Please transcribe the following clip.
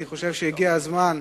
אני חושב שהגיע הזמן,